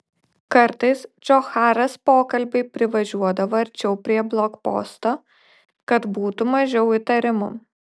kartais džocharas pokalbiui privažiuodavo arčiau prie blokposto kad būtų mažiau įtarimų